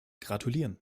gratulieren